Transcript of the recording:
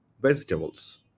vegetables